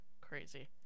Crazy